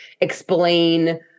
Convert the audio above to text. explain